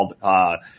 called